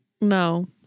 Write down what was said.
No